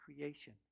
creation